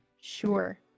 Sure